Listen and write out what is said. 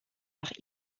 nach